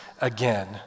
again